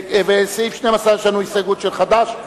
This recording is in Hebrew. סעיף 12, יש לנו הסתייגות של חד"ש.